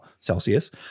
Celsius